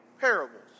parables